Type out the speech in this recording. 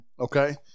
okay